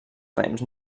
rems